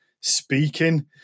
speaking